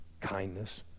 kindness